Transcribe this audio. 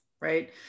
Right